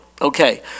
Okay